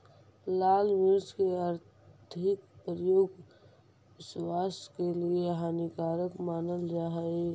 लाल मिर्च के अधिक प्रयोग स्वास्थ्य के लिए हानिकारक मानल जा हइ